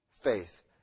faith